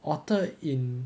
otter in